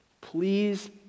Please